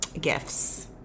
gifts